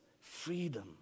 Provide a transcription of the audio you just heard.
freedom